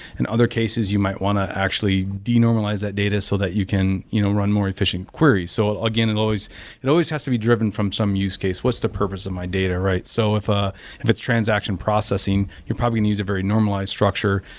in other cases, you might want to actually denormalize that data so that you can you know run more efficient query so ah again, and it always has to be driven from some used case. what's the purpose of my data, right? so if ah if it's transaction processing, it probably needs a very normalized structure.